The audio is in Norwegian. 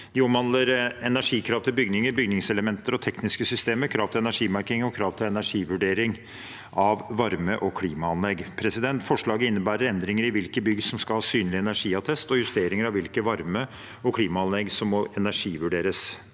De omhandler energikrav til bygninger, bygningselementer og tekniske systemer, krav til energimerking og krav til energivurdering av varme- og klimaanlegg. Forslaget innebærer endringer i hvilke bygg som skal ha synlig energiattest og justeringer av hvilke varme- og klimaanlegg som må energivurderes.